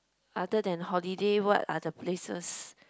other than holiday what are the places